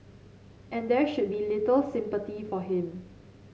and there should be little sympathy for him